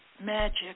Magic